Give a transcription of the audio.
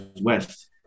West